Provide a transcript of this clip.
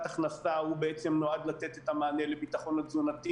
הכנסה נועד לתת את המענה לביטחון תזונתי.